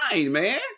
man